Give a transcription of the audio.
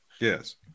Yes